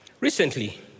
Recently